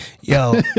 Yo